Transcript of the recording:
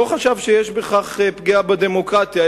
לא חשב שיש בכך פגיעה בדמוקרטיה,